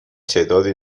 تعدادی